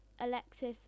Alexis